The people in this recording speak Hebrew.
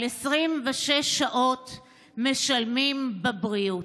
על 26 שעות משלמים בבריאות.